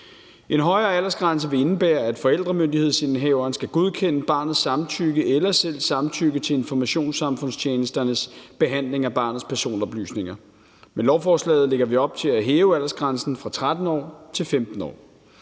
En højere aldersgrænse vil indebære, at forældremyndighedsindehaveren skal godkende barnets samtykke eller selv samtykke til informationssamfundstjenesternes behandling af barnets personoplysninger. Med lovforslaget lægger vi op til at hæve aldersgrænsen fra 13 år til 15 år.